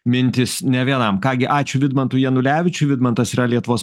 mintys ne vienam ką gi ačiū vidmantui janulevičiui vidmantas yra lietuvos